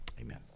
amen